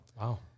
Wow